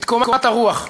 את קומת הרוח,